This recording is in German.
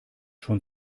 schon